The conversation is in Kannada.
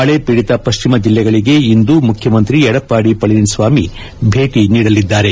ಮಳೆ ಪೀಡಿತ ಪಶ್ಲಿಮ ಜಲ್ಲೆಗಳಿಗೆ ಇಂದು ಮುಖ್ಯಮಂತ್ರಿ ಎಡಪ್ಪಾಡಿ ಪಳನಿಸ್ವಾಮಿ ಭೇಟಿ ನೀಡಲಿದ್ದಾರೆ